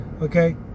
okay